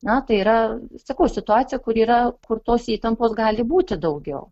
na tai yra sakau situacija kur yra kur tos įtampos gali būti daugiau